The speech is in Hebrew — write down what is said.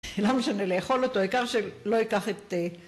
למה שאני לאכול אותו? העיקר שלא אקח את...